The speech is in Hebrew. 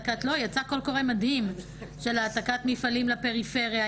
יצא קול קורא מדהים של העתקת מפעלים לפריפריה.